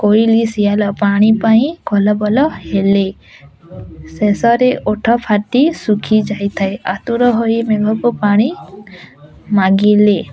କୋଇଲି ଶିଆଳ ପାଣିପାଇଁ କଲବଲ ହେଲେ ଶେଷରେ ଓଠ ଫାଟି ଶୁଖିଯାଇଥାଏ ଆତୁର ହୋଇ ମେଘକୁ ପାଣି ମାଗିଲେ